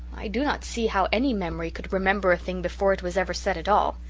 i do not see how any memory could remember a thing before it was ever said at all,